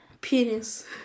Penis